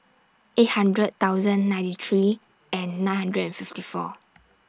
eight hundred thousand ninety three and nine hundred and fifty four